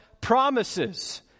promises